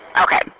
Okay